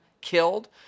killed